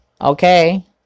Okay